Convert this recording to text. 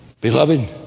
Beloved